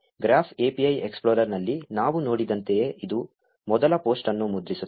graph API ಎಕ್ಸ್ಪ್ಲೋರರ್ನಲ್ಲಿ ನಾವು ನೋಡಿದಂತೆಯೇ ಇದು ಮೊದಲ ಪೋಸ್ಟ್ ಅನ್ನು ಮುದ್ರಿಸುತ್ತದೆ